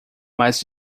mas